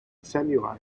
samurai